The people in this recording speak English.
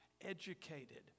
educated